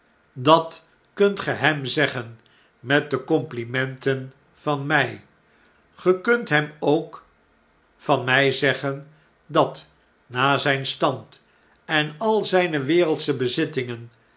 dat kunt ge hem zeggen met de complimenten van my ge kunt hem ook van my zeggen dat na zyn stand en al zijne wereldsche bezittingen